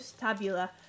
tabula